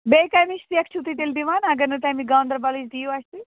بیٚیہِ کمِچ سٮ۪کھ چھِو تُہۍ تیٚلہِ دِوان اگر نہٕ تَمہِ گانٛدربلٕچ دِیِو اَسہِ